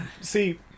See